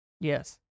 Yes